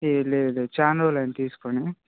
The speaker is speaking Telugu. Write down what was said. ఏ లేదు చాలా రోజులయ్యింది తీసుకుని